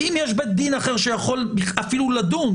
אם יש בית דין אחר שיכול אפילו לדון,